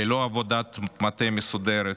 ללא עבודת מטה מסודרת,